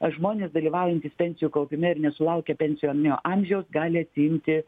žmonės dalyvaujantys pensijų kaupime ir nesulaukę pensijinio amžiaus gali atsiimti